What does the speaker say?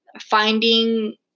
finding